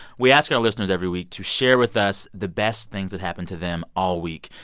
we ask our listeners every week to share with us the best things that happened to them all week.